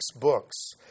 books